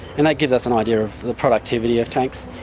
and that gives us an idea of the productivity of tanks.